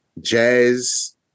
Jazz